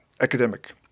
academic